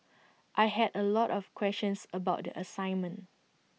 I had A lot of questions about the assignment